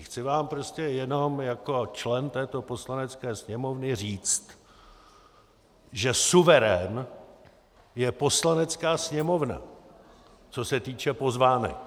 Chci vám prostě jenom jako člen této Poslanecké sněmovny říct, že suverén je Poslanecká sněmovna, co se týče pozvánek.